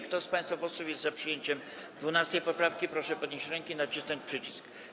Kto z państwa posłów jest za przyjęciem 12. poprawki, proszę podnieść rękę i nacisnąć przycisk.